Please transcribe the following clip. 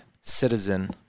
citizen